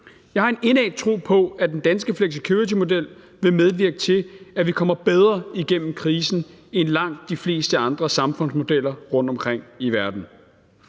Jeg har en indædt tro på, at den danske flexicuritymodel vil medvirke til, at vi kommer bedre igennem krisen, end man ville gøre det med langt de fleste andre samfundsmodeller rundtomkring i verden.